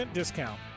discount